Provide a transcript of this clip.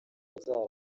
inzara